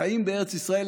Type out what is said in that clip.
החיים בארץ ישראל,